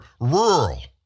rural